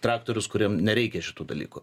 traktorius kuriem nereikia šitų dalykų